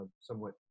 somewhat